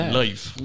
life